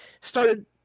started